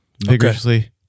vigorously